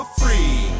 free